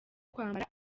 kwambara